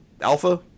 Alpha